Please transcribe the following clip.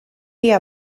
dia